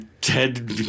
Ted